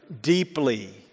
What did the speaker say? deeply